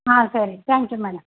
ஆ சரி thank you madam